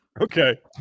Okay